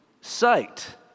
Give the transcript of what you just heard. sight